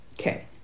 Okay